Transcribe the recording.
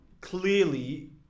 clearly